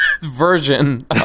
version